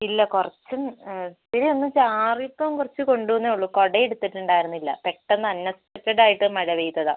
ഇല്ല കുറച്ച് പിന്നെ ഒന്ന് ചാറിയപ്പം കുറച്ച് കൊണ്ടു എന്നേ ഉള്ളൂ കുട എടുത്തിട്ട് ഉണ്ടായിരുന്നില്ല പെട്ടെന്ന് അൺഎക്സ്പെക്ടഡ് ആയിട്ട് മഴ പെയ്തതാണ്